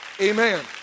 Amen